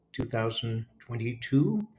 2022